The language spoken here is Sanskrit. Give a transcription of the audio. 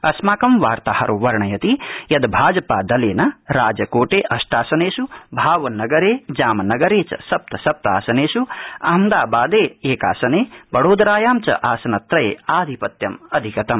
अस्माकं वार्ताहरो वर्णयति यत् भाजपा दल राजकोट अष्टासनधि भावनगर जामनगर चि सप्त सप्त आसनधि अहमदाबाद एक्रासन बेडोदरायां च आसनत्रय आधिपत्यमधिगतम्